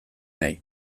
nahi